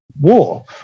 war